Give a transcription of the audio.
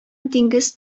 диңгез